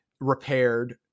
repaired